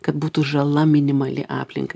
kad būtų žala minimali aplinkai